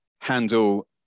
handle